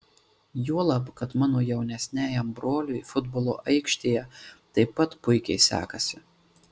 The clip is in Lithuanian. juolab kad mano jaunesniajam broliui futbolo aikštėje taip pat puikiai sekasi